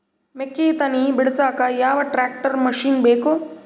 ಮೆಕ್ಕಿ ತನಿ ಬಿಡಸಕ್ ಯಾವ ಟ್ರ್ಯಾಕ್ಟರ್ ಮಶಿನ ಬೇಕು?